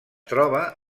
troba